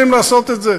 יש דרכים לעשות את זה.